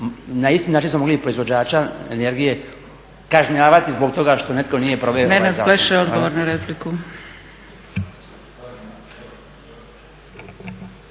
na isti način smo mogli i proizvođača energije kažnjavati zbog toga što netko nije proveo ovaj zakon. Hvala.